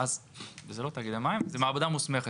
מעבדה מוסמכת.